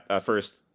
first